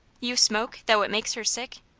you smoke, though it makes her sick?